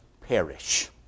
perish